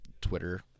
Twitter